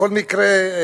בכל מקרה,